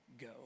go